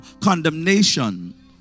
condemnation